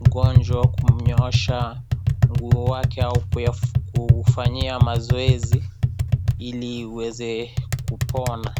mgonjwa kumnyoosha mguu wake au kuufanyia mazoezi, ili uweze kupona.